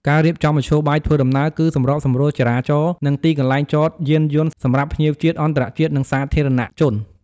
ការរៀបចំមធ្យោបាយធ្វើដំណើរ គឺសម្របសម្រួលចរាចរណ៍ និងទីកន្លែងចតយានយន្តសម្រាប់ភ្ញៀវជាតិ-អន្តរជាតិ និងសាធារណជន។